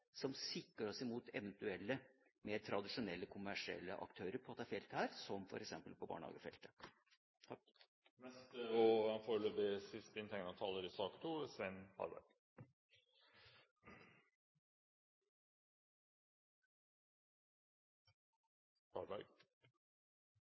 som sikrer oss mot eventuelle mer tradisjonelle, kommersielle aktører på dette feltet, som f.eks. på barnehagefeltet. Jeg er glad for den presiseringen og det valget som Aksel Hagen gjorde, at dette ikke er